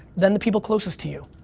then the people closest to you.